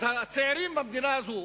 את הצעירים במדינה הזאת,